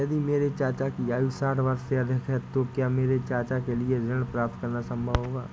यदि मेरे चाचा की आयु साठ वर्ष से अधिक है तो क्या मेरे चाचा के लिए ऋण प्राप्त करना संभव होगा?